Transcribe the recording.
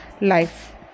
life